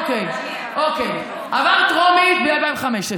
אוקיי, עבר טרומית ב-2015.